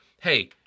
hey